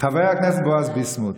חבר הכנסת בועז ביסמוט,